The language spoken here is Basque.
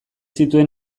zituen